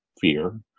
Fear